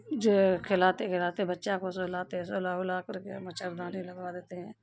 کھلاتے کھلاتے بچہ کو سلاتے سلا ولا کر کے مچھردانی لگا دیتے ہیں